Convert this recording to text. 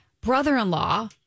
brother-in-law